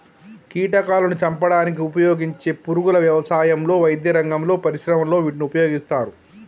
కీటకాలాను చంపడానికి ఉపయోగించే పురుగుల వ్యవసాయంలో, వైద్యరంగంలో, పరిశ్రమలలో వీటిని ఉపయోగిస్తారు